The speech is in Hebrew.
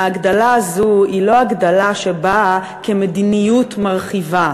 ההגדלה הזאת היא לא הגדלה שבאה כמדיניות מרחיבה,